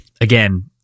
again